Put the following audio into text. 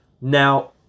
Now